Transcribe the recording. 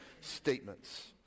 statements